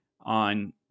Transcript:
on